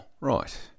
right